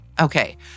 Okay